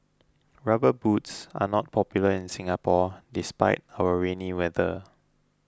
rubber boots are not popular in Singapore despite our rainy weather